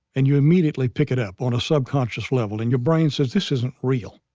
and you immediately pick it up on a subconscious level. and your brain says, this isn't real.